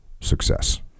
success